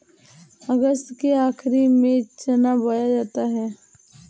अगस्त के आखिर में चना बोया जाता है